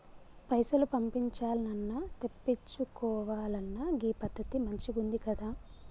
పైసలు పంపించాల్నన్నా, తెప్పిచ్చుకోవాలన్నా గీ పద్దతి మంచిగుందికదా